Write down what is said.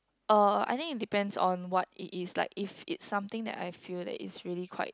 uh I think it depends on what it is like if it's something that I feel that it's really quite